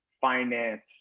finance